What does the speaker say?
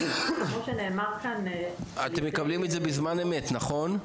אתם מקבלים את זה בזמן אמת, נכון?